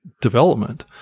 development